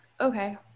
okay